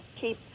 keep